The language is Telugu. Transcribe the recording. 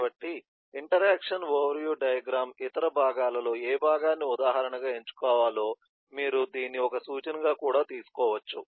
కాబట్టి ఇంటరాక్షన్ ఓవర్ వ్యూ డయాగ్రమ్ ఇతర భాగాలలో ఏ భాగాన్ని ఉదాహరణగా ఎంచుకోవాలో మీరు దీన్ని ఒక సూచనగా కూడా తీసుకోవచ్చు